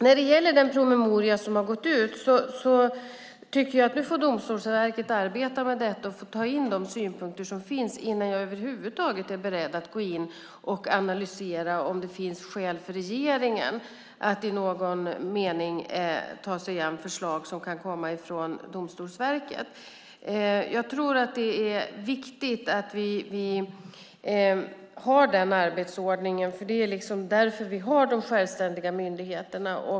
När det gäller den promemoria som har gått ut får Domstolsverket nu arbeta med detta och ta in de synpunkter som finns innan jag över huvud taget är beredd att gå in och analysera om det finns skäl för regeringen att i någon mening ta sig an förslag som kan komma ifrån Domstolsverket. Det är viktigt med den arbetsordningen. Det är därför vi har de självständiga myndigheterna.